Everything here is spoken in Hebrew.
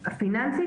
הפיננסית,